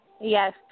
Yes